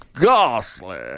ghastly